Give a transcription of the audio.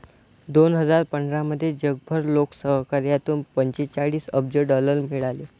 दोन हजार पंधरामध्ये जगभर लोकसहकार्यातून पंचेचाळीस अब्ज डॉलर मिळाले